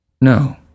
No